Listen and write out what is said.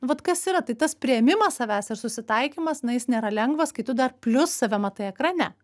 vat kas yra tai tas priėmimas savęs ir susitaikymas na jis nėra lengvas kai tu dar plius save matai ekrane